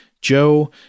Joe